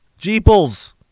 Jeeples